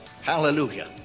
Hallelujah